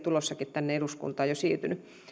tänne eduskuntaan jo siirtynytkin